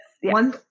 one